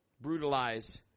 Brutalize